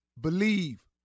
Believe